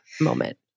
moment